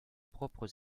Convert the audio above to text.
propres